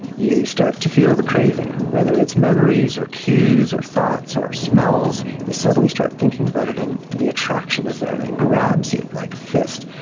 you start to feel the craving, whether it's memories or cues or thoughts or smells, you suddenly start thinking about it and and the attraction is there and it grabs you like a fist,